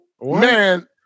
man